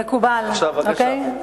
מקובל, אוקיי?